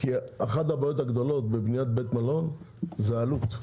כי אחת הבעיות הגדולות בבניית בית מלון זה העלות.